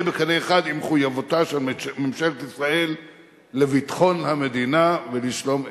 בקנה אחד עם מחויבותה של ממשלת ישראל לביטחון המדינה ולשלום אזרחיה.